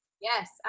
yes